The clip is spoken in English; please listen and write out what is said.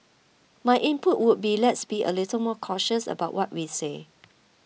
my input would be let's be a little more cautious about what we say